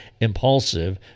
impulsive